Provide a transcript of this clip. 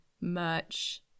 merch